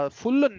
full